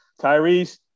Tyrese